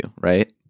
right